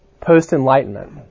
post-Enlightenment